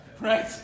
right